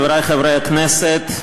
חברי חברי הכנסת,